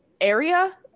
area